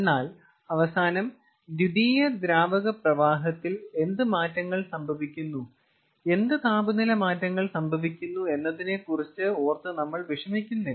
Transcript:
എന്നാൽ അവസാനം ദ്വിതീയ ദ്രാവക പ്രവാഹത്തിൽ എന്ത് മാറ്റങ്ങൾ സംഭവിക്കുന്നു എന്ത് താപനില മാറ്റങ്ങൾ സംഭവിക്കുന്നു എന്നതിനെക്കുറിച്ച് ഓർത്തു നമ്മൾ വിഷമിക്കുന്നില്ല